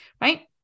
right